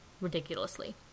ridiculously